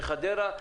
בחדרה,